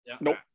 Nope